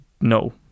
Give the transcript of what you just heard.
no